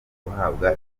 guhabwa